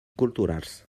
culturals